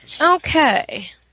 Okay